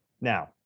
Now